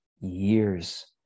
years